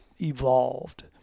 evolved